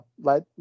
let